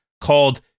called